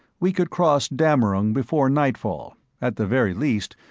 we could cross dammerung before nightfall at the very least,